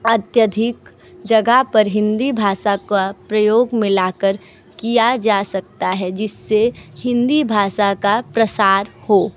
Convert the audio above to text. अत्यधिक जगह पर हिंदी भासा का प्रयोग मिला कर किया जा सकता है जिस से हिंदी भासा का प्रसार हो